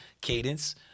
cadence